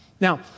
Now